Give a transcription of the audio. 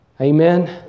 Amen